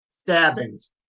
Stabbings